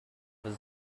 was